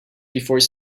before